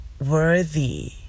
worthy